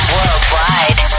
Worldwide